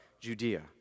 Judea